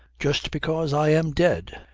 just because i am dead!